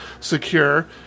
secure